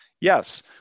Yes